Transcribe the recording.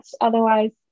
Otherwise